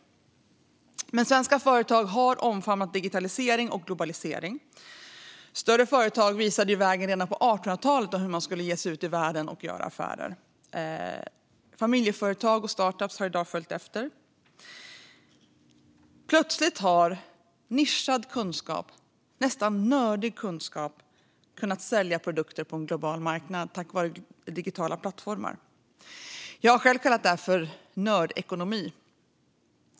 Svenska företag har omfamnat digitalisering och globalisering. Större företag visade vägen redan på 1800-talet för hur man skulle ge sig ut i världen och göra affärer. Familjeföretag och startups har i dag följt efter. Plötsligt har nischad, nästan nördig, kunskap kunnat sälja produkter på en global marknad tack vare digitala plattformar. Jag har själv kallat det här för nördekonomi.